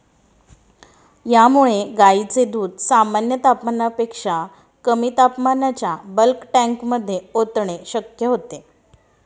यामुळे गायींचे दूध सामान्य तापमानापेक्षा कमी तापमानाच्या बल्क टँकमध्ये ओतणे शक्य होते